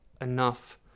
enough